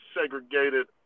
segregated